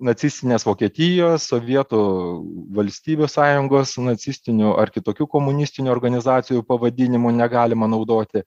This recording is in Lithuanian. nacistinės vokietijos sovietų valstybių sąjungos nacistinių ar kitokių komunistinių organizacijų pavadinimų negalima naudoti